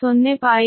44KV20